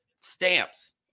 stamps